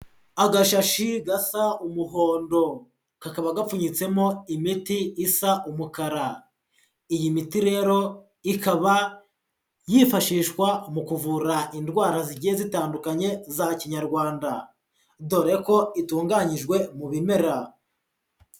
Agashashi gasa umuhondo kakaba gapfunyitsemo imiti isa umukara, iyi miti rero ikaba yifashishwa mu kuvura indwara zigiye zitandukanye za Kinyarwanda, dore ko itunganyijwe mu bimera.